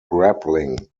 grappling